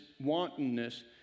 wantonness